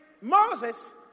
Moses